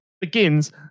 begins